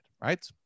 right